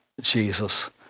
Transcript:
Jesus